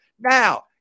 Now